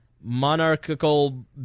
monarchical